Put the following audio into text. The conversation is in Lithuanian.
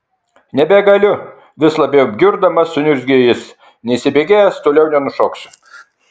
nebegaliu vis labiau bjurdamas suniurzgė jis neįsibėgėjęs toliau nenušoksiu